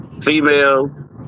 female